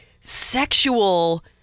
sexual